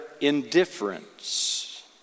indifference